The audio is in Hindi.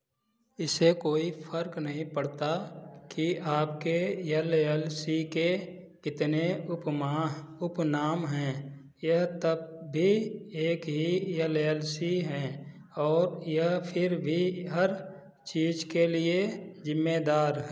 इससे कोई फ़र्क नहीं पड़ता कि आपके येल एल सी के कितने उपमाह उपनाम हैं यह तब भी एक ही एल एल सी हैं और यह फिर भी हर चीज़ के लिए ज़िम्मेदार है